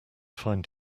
find